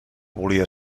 volia